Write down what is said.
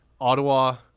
Ottawa